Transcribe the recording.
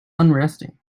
unresting